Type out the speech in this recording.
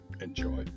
enjoy